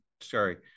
Sorry